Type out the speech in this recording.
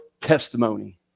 testimony